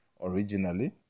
originally